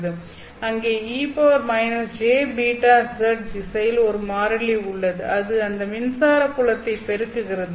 அங்கே E jβz திசையில் ஒரு மாறிலி உள்ளது அது அந்த மின்சார புலத்தை பெருக்குகிறது